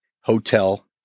hotel